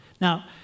Now